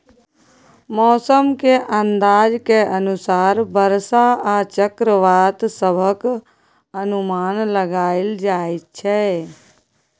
मौसम के अंदाज के अनुसार बरसा आ चक्रवात सभक अनुमान लगाइल जाइ छै